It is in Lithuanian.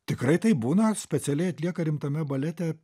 tikrai taip būna specialiai atlieka rimtame balete